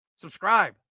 Subscribe